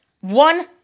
one